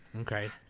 okay